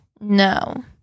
No